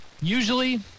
usually